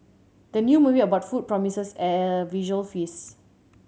the new movie about food promises a visual feast